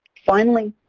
finally